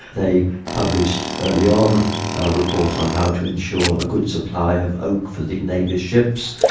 they published early on a report on how to ensure a good supply of oak for the navy's ships,